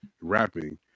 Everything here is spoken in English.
rapping